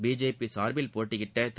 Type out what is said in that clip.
BJP சார்பில் போட்டியிட்ட திரு